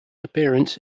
appearance